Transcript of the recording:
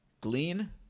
glean